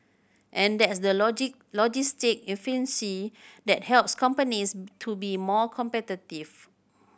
and that's the logic logistic efficiency that helps companies to be more competitive